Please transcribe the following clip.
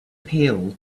pail